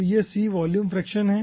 तो c volume fraction है